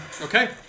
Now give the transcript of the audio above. Okay